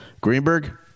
Greenberg